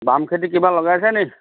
বাম খেতি কিবা লগাইছা নেকি